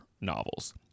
novels